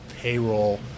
payroll